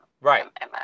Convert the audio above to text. Right